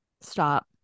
Stop